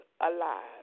alive